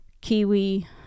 Kiwi